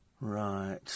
Right